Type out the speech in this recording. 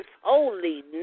holy